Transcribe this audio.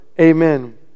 Amen